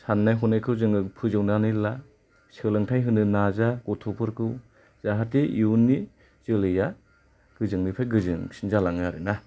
साननाय हनायखौ जोङो फोजौनानै ला सोलोंथाय होनो नाजा गथ'फोरखौ जाहाथे इयुननि जोलैआ गोजोंनिफ्राय गोजोंसिन जालाङो